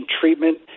treatment